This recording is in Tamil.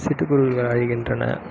சிட்டுக்குருவிகள் அழிகின்றன